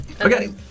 Okay